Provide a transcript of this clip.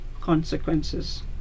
consequences